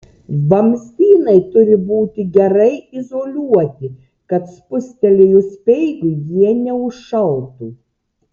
vamzdynai turi būti gerai izoliuoti kad spustelėjus speigui jie neužšaltų